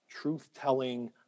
truth-telling